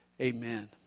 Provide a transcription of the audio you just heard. Amen